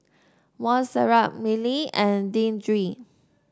Montserrat Miley and Deandre